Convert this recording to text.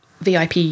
VIP